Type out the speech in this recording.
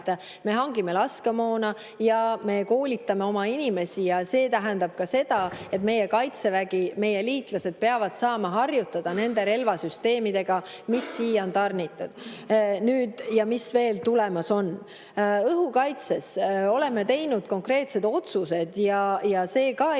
me hangime laskemoona ja me koolitame oma inimesi. Ja see tähendab ka seda, et meie Kaitsevägi, meie liitlased peavad saama harjutada nende relvasüsteemidega, mis siia on tarnitud ja mis veel tulemas on. Õhukaitses oleme teinud konkreetsed otsused. See ka ei